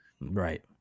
Right